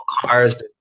cars